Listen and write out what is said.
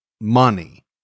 Money